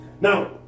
Now